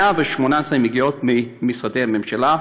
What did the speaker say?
118 מגיעים ממשרדי הממשלה,